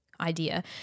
idea